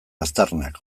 aztarnak